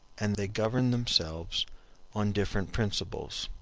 and they governed themselves on different principles.